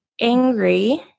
angry